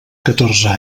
catorze